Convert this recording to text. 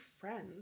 friends